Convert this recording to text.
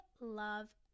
love